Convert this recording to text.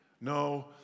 No